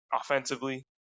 offensively